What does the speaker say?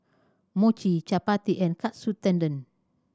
Mochi Chapati and Katsu Tendon